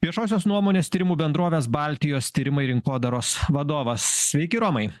viešosios nuomonės tyrimų bendrovės baltijos tyrimai rinkodaros vadovas sveiki romai